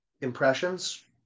impressions